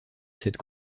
cette